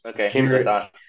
Okay